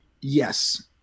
Yes